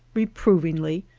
reproving ly,